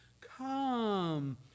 Come